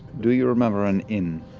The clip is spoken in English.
do you remember an inn?